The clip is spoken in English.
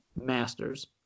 Masters